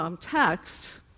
text